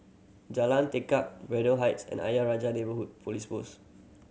Jalan Tekad Braddell Heights and Ayer Rajah Neighbourhood Police Post